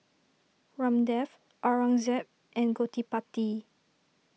Ramdev Aurangzeb and Gottipati